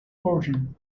origin